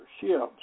ships